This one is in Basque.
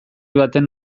baten